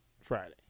Friday